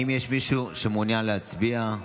האם יש מישהו שמעוניין להצביע?